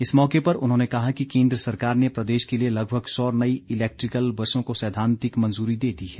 इस मौके पर उन्होंने कहा कि केंद्र सरकार ने प्रदेश के लिए लगभग सौ नई इलेक्ट्रिकल बसों को सैद्वांतिक मंजूरी दे दी है